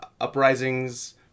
uprisings